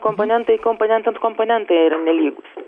komponentai komponentams komponentai yra nelygūs